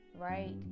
Right